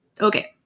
Okay